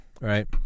right